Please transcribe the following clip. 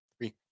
Three